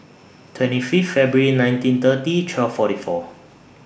twenty Fifth February nineteen thirty twelve forty four